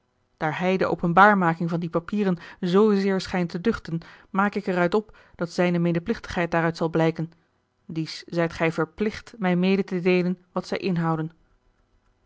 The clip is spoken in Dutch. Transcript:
daar hij de openbaarmaking van die papieren zoozeer schijnt te duchten maak ik er uit op dat zijne medeplichtigheid daaruit zal blijken dies zijt gij verplicht mij mede te deelen wat zij inhouden